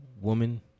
Woman